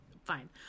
Fine